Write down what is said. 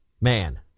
Man